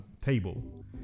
table